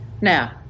Now